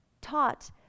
taught